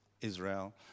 Israel